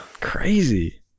Crazy